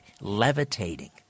levitating